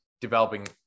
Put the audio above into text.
developing